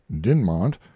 Dinmont